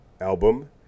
album